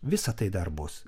visa tai dar bus